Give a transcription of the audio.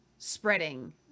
spreading